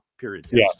Period